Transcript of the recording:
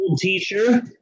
teacher